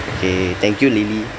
okay thank you lily